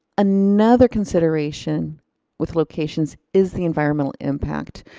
another consideration with locations is the environmental impact.